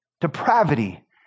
Depravity